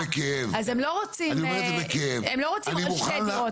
אז הם לא רוצים שתי דירות,